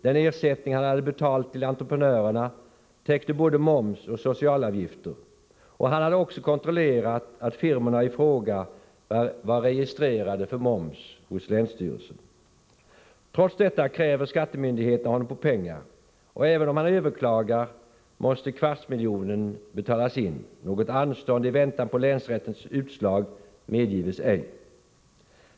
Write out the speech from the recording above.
Den ersättning som han hade betalt till entreprenörerna täckte både moms och socialavgifter, och han hade också kontrollerat att firmorna i fråga var på länsstyrelsen registrerade för moms. Trots detta kräver skattemyndigheterna honom på pengar, och även om han överklagar måste kvartsmiljonen betalas in — något anstånd i väntan på länsrättens utslag medgives ej.